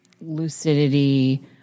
lucidity